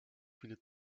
viele